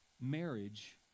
Marriage